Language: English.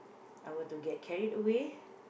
I were to get carried away